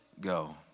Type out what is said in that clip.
go